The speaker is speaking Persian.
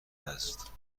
است